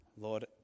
Lord